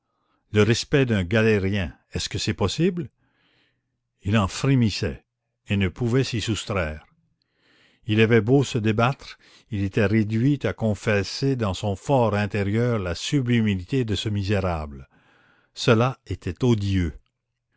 le respect d'un galérien est-ce que c'est possible il en frémissait et ne pouvait s'y soustraire il avait beau se débattre il était réduit à confesser dans son for intérieur la sublimité de ce misérable cela était odieux